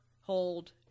hold